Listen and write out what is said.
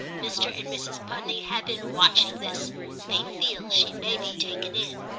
mr. and mrs. pudney have been watching this they feel she may be taken in.